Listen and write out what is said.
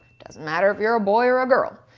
doesn't matter if you're a boy or a girl.